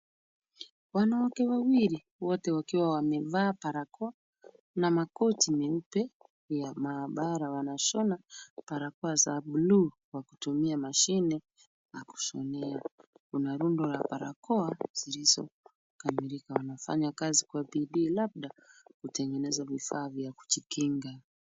Wanawake wawili, wote wakiwa wamevaa barakoa, na makoti meupe ya mahabara, wanashona barakoa za blue , wakitumia mashine ya kushonea. Kuna rundo la barakoa zilizokamilika. Wanafanya kazi kwa bidii, labda kutengeneza vifaa vya kujikinga.